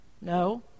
No